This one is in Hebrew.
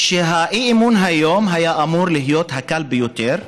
שהאי-אמון היום היה אמור להיות הקל ביותר,